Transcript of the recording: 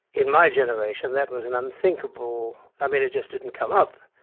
in my generation that was an unthinkable, i mean, it just didn't come up.